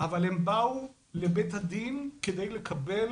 אבל הם באו לבית הדין כדי לקבל